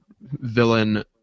villain